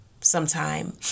sometime